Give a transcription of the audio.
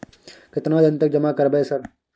केतना दिन तक जमा करबै सर?